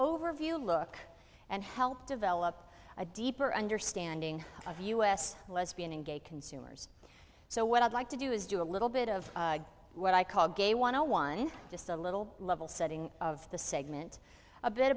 overview look and help develop a deeper understanding of us lesbian and gay consumers so what i'd like to do is do a little bit of what i call gay want to one just a little level setting of the segment a bit